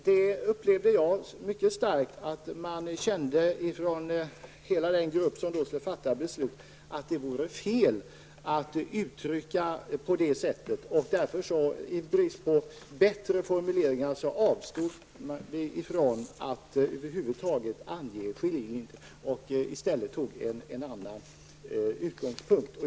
Jag upplevde mycket starkt att hela gruppen som skulle fatta beslut kände att det vore fel att använda den ursprungliga texten. I brist på bättre formuleringar avstod vi från att över huvud taget ange skiljelinjen och tog i stället en annan utgångspunkt.